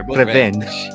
revenge